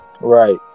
Right